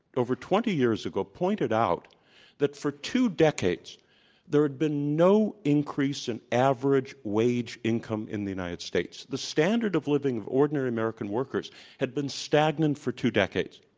over twenty years ago, pointed out that for two decades there had been no increase in average wage income in the united states. the standard of living of ordinary american workers had been stagnant for two decades.